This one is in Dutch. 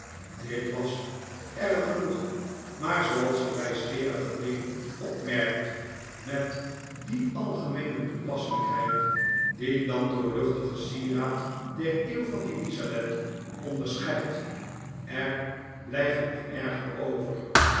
dit was erg genoeg maar zooals de wijsgeerige deen opmerkt met die algemeene toepasselijkheid die dat doorluchtige sieraad der eeuw van elisabeth onderscheidt er blijft nog erger over